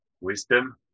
wisdom